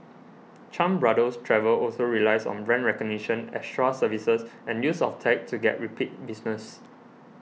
Chan Brothers Travel also relies on brand recognition extra services and use of tech to get repeat business